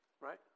Right